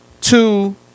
Two